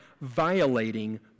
violating